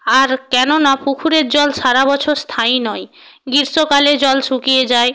আর কেননা পুকুরের জল সারা বছর স্থায়ী নয় গ্রীষ্মকালে জল শুকিয়ে যায়